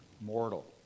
mortal